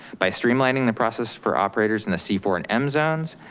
by streamlining the process for operators in the c four and m zones,